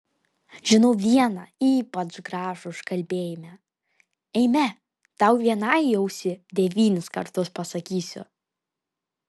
žinau vieną ypač gražų užkalbėjimą eime tau vienai į ausį devynis kartus pasakysiu